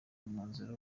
umwanzuro